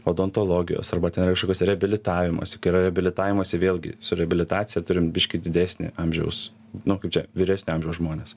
odontologijos arba ten kažkokios reabilitavimosi kai yra reabilitavimosi vėlgi su reabilitacija turim biškį didesnį amžiaus nu kaip čia vyresnio amžiaus žmonės